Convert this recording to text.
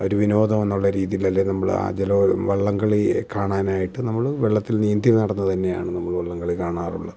ഒരു വിനോദമെന്നുള്ള രീതിയിൽ അല്ലെങ്കിൽ നമ്മൾ ആചാരം വള്ളംകളി കാണായിട്ട് നമ്മൾ വെള്ളത്തിൽ നീന്തി നടന്ന് തന്നെയാണ് നമ്മൾ വള്ളംകളി കാണാറുള്ളത്